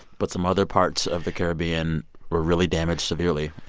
but some other parts of the caribbean were really damaged severely.